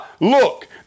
look